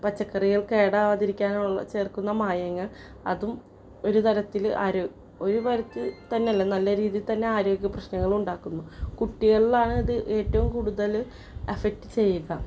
പച്ചക്കറികൾ കേടാകാതിരിക്കാനുള്ള ചേർക്കുന്ന മായങ്ങൾ അതും ഒരു തരത്തിൽ ആരോ ഒരു പരിധി തന്നല്ല നല്ല രീതിയിൽത്തന്നെ ആരോഗ്യ പ്രശ്നങ്ങളുണ്ടാക്കുന്നു കുട്ടികളിലാണത് ഏറ്റവും കൂടുതൽ എഫ്ക്റ്റ് ചെയ്യുക